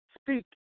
Speak